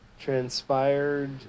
transpired